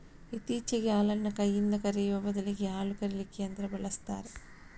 ಇತ್ತೀಚೆಗೆ ಹಾಲನ್ನ ಕೈನಿಂದ ಕರೆಯುವ ಬದಲಿಗೆ ಹಾಲು ಕರೀಲಿಕ್ಕೆ ಯಂತ್ರ ಬಳಸ್ತಾರೆ